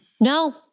No